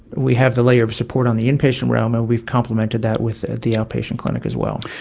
we have the layer of support on the inpatient realm and we've complimented that with the outpatient clinic as well.